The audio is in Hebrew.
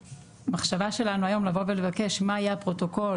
והמחשבה שלנו היום שלבוא ולבקש מה יהיה הפרוטוקול?